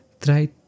try